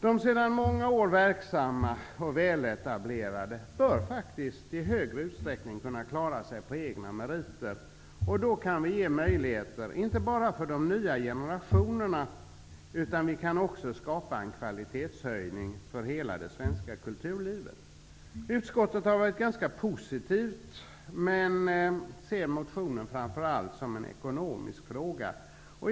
De sedan många år verksamma och väletablerade bör i högre utsträckning kunna klara sig på egna meriter. Då kan vi ge möjligheter inte bara för de nya generationerna, utan vi kan också skapa en kvalitetshöjning för hela det svenska kulturlivet. Utskottet har varit ganska positivt, men ser förslaget i motionen som en ekonomisk fråga.